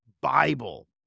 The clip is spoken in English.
Bible